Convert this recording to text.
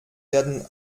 werden